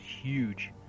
huge